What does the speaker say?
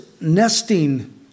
nesting